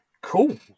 Cool